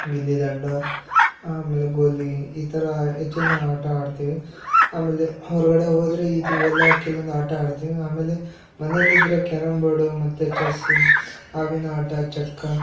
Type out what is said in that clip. ಗಿಲ್ಲಿ ದಂಡ ಆಮೇಲೆ ಗೋಲಿ ಈ ಥರಾ ಹೆಚ್ಚಿನ ಆಟ ಆಡ್ತೀವಿ ಆಮೇಲೆ ಹೊರಗಡೆ ಹೋದರೆ ಇದು ಎಲ್ಲ ಕೆಲ್ವೊಂದು ಆಟ ಆಡ್ತೀವಿ ಆಮೇಲೆ ಮನೆಲಿದ್ದರೆ ಕ್ಯಾರಂ ಬೋರ್ಡು ಮತ್ತು ಚೆಸ್ಸು ಹಾವಿನಾಟ ಚಕ್ಕಾ